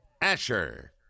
Asher